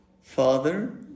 Father